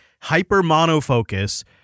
hyper-monofocus